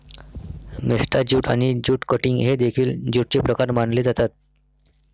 मेस्टा jute आणि jute cutting हे देखील ज्यूटचे प्रकार मानले जातात